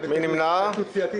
אין נמנעים,